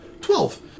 Twelve